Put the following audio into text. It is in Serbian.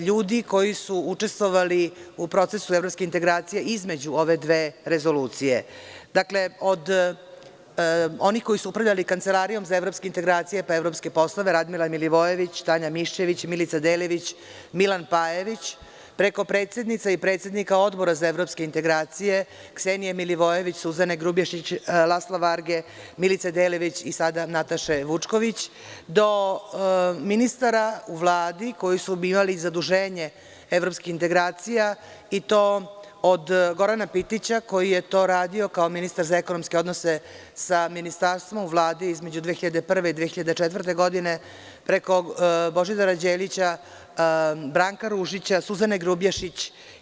Ljudi koji su učestvovali u procesu evropske integracije između ove dve rezolucije, od onih koji su upravljali Kancelarijom za evropske integracije, pa evropske poslove – Radmila Milivojević, Tanja Mišćević, Milica Delević, Milan Pajević, preko predsednica i predsednika Odbora za evropske integracije – Ksenije Milivojević, Suzane Grubješić, Lasla Varge, Milice Delević i sada Nataše Vučković, do ministara u vladi koji su dobivali evropskih integracija i to od Gorana Pitića koji je to radio kao ministar za ekonomske odnose sa ministarstvom u vladi između 2001-2004. godine, preko Božidara Đelića, Branka Ružića, Suzane Grubješić.